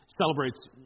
celebrates